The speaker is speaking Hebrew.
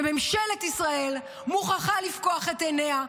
וממשלת ישראל מוכרחה לפקוח את עיניה,